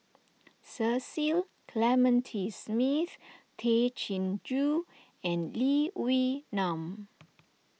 Cecil Clementi Smith Tay Chin Joo and Lee Wee Nam